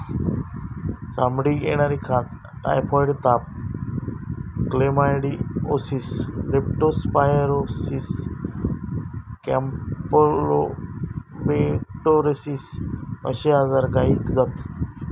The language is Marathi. चामडीक येणारी खाज, टायफॉइड ताप, क्लेमायडीओसिस, लेप्टो स्पायरोसिस, कॅम्पलोबेक्टोरोसिस अश्ये आजार गायीक जातत